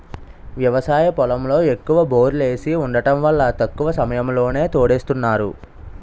వ్యవసాయ పొలంలో ఎక్కువ బోర్లేసి వుండటం వల్ల తక్కువ సమయంలోనే తోడేస్తున్నారు